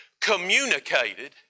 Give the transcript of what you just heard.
communicated